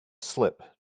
slip